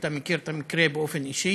אתה מכיר את המקרה באופן אישי,